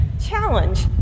challenge